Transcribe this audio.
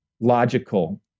logical